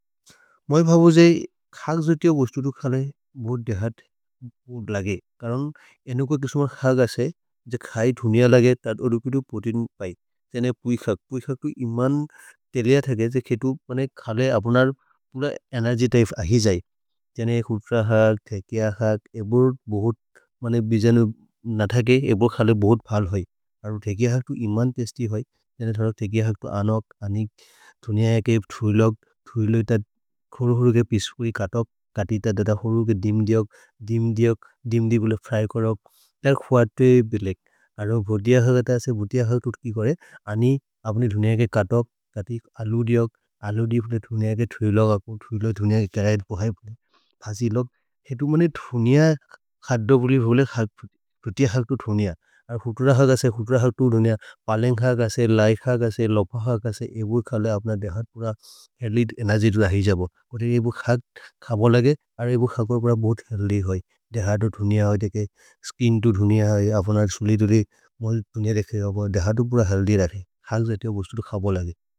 मे भ भोजे ख क्जुत्य बोस्तुदु खल भोद् देहत् भोद्। लगे करुन् एनु को किसुमर् ख गशे जक् है धुनिअ लगे तद् ओरुकिदु पोतिन् पए। जने पुइ ख, पुइ ख तु इमन् तेरेय थ गेजे खेतु पने खल अपुनर् पुल एनेर्गितिफ् अहि जए। जने खुत्र हाक्, तेकिह हाक्, एबोर् भोद्। मने बिजनु नथके एबोर् खल भोद् पल हए। अरु तेकिह हाक् तु इमन् तेरेय थ गेजे ख, तेकिह हाक् तु अनक्। पलेन् ख कसे, लिके ख कसे, लोफ ख कसे एबोर् खल अप्न देहत् पुल एनेर्गितिफ् अहि ज भो। अरु एबु ख ख भो लगे, अरु एबु ख ख भो भ भोद् हल्दि है। देहत् तु धुनिअ, तेकि, स्किन् तु धुनिअ, अपुनर् सुलितुरि, मोल् धुनिअ देख्य। देहत् तु भ हल्दि है, ख क्जुत्य बोस्तुदु ख भो लगे।